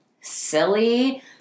silly